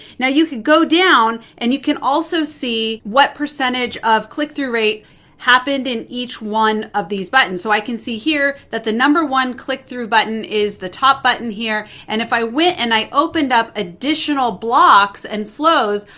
now you could go down and you can also see what percentage of click-through rate happened in each one of these buttons. so i can see here that the number one click-through button is the top button here. and if i went and i opened up additional blocks and flows,